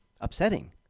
upsetting